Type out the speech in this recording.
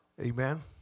Amen